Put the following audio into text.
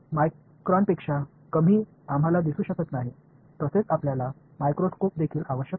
मायक्रॉनपेक्षा कमी आम्हाला दिसू शकत नाही तसेच आपल्याला माइक्रोस्कोप देखील आवश्यक आहे